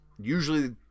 usually